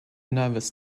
nervous